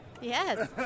Yes